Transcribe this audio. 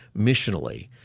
missionally